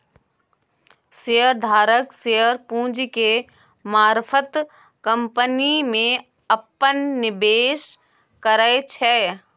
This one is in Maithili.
शेयर धारक शेयर पूंजी के मारफत कंपनी में अप्पन निवेश करै छै